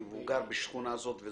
שלא נוגעים לרשויות מקומיות אלא